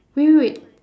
wait wait wait